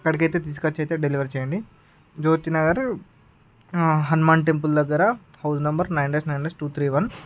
అక్కడికి అయితే తీసుకువచ్చి అయితే డెలివరీ చేయండి జ్యోతి నగర్ హనుమాన్ టెంపుల్ దగ్గర house number nine dash nine dash two three one